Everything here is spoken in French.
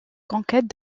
conquête